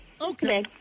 Okay